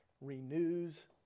renews